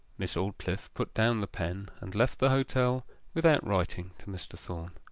miss aldclyffe put down the pen and left the hotel without writing to mr. thorn.